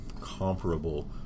comparable